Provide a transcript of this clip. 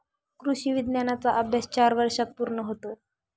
कृषी विज्ञानाचा अभ्यास चार वर्षांत पूर्ण होतो